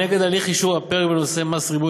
נגד הליך אישור הפרק בנושא מס ריבוי